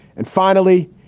and finally,